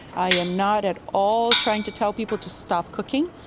i am not at all trying to tell people to stop cooking,